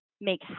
make